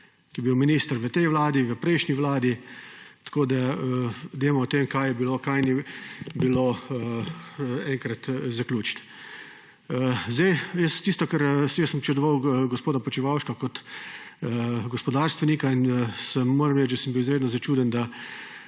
ki je bil minister v tej vladi, v prejšnji vladi. Tako dajmo o tem, kaj je bilo, kaj ni bilo, enkrat zaključiti. Jaz sem občudoval gospoda Počivalška kot gospodarstvenika in moram reči, da sem bil izredno začuden, da